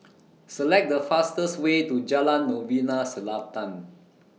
Select The fastest Way to Jalan Novena Selatan